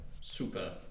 super